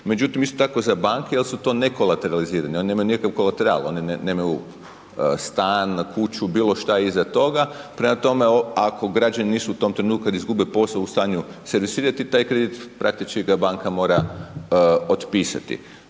međutim isto tako za banke jer su to nekolaterizirani oni nemaju nikakvu kolateralu, oni nemaju stan, kuću, bilo šta iza toga. Prema tome, ako građani nisu u tom trenutku kad izgube posao u stanju servisirati, taj kredit praktički ga banka mora otpisati.